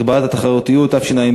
הרווחה והבריאות להכנה לקריאה שנייה